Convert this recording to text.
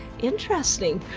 interesting.